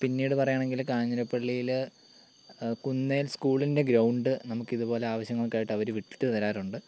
പിന്നീട് പറയുകയാണെങ്കില് കാഞ്ഞിരപ്പള്ളിയില് കുന്നേൽ സ്കൂളിൻ്റെ ഗ്രൗണ്ട് നമുക്കിതുപോലെ ആവശ്യങ്ങൾക്കായിട്ട് അവർ വിട്ടു തരാറുണ്ട്